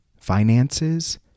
finances